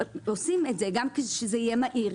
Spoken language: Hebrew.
עושים את זה גם כדי שזה יהיה מהיר,